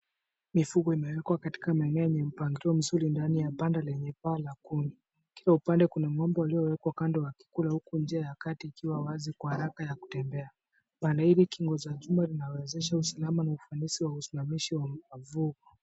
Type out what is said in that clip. Mifugo imewekwa katika maeneo yenye mpangilio mzuri ndani ya banda lenye paa la kuni. Kila upande, kuna ng'ombe waliowekwa walikula huku njia ya kati ikiwa wazi kwa haraka ya kutembea. Pande hili kingo za chumba inawezesha usalama na usimamizi wa mavuno.